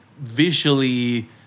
visually